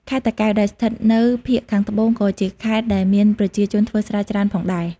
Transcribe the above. ខេត្តតាកែវ ដែលស្ថិតនៅភាគខាងត្បូងក៏ជាខេត្តដែលមានប្រជាជនធ្វើស្រែច្រើនផងដែរ។